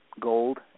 gold